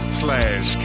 slash